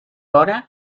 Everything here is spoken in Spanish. hora